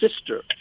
sister